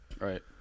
Right